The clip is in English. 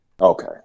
Okay